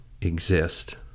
exist